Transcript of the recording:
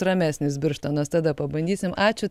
ramesnis birštonas tada pabandysim ačiū